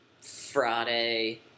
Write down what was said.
Friday